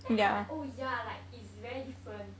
then I like oh ya like it's very different